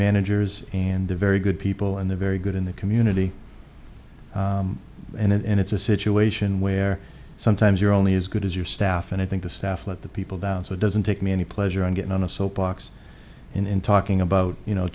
managers and a very good people and they're very good in the community and it's a situation where sometimes you're only as good as your staff and i think the staff let the people down so it doesn't take me any pleasure in getting on a soapbox in talking about you know